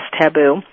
taboo